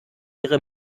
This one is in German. ihre